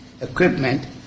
equipment